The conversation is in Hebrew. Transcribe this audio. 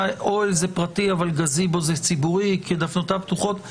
ועכשיו הם חשופים לקנסות ולקלות יתר בהטלת